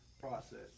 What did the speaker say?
Process